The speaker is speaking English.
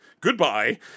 goodbye